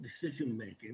decision-making